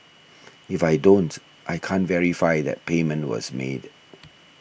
if I don't I can't verify that payment was made